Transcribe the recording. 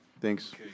Thanks